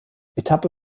etappe